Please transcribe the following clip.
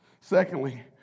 Secondly